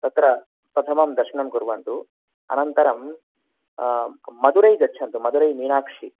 तत्र प्रथमं दर्शनं कुर्वन्तु अनन्तरं मधुरै गच्छन्तु मधुरै मीनाक्षी